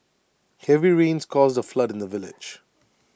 heavy rains caused A flood in the village